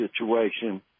situation